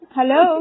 Hello